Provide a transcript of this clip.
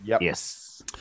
Yes